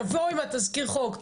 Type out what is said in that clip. תבואו עם התזכיר חוק,